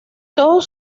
todos